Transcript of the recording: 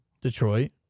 Detroit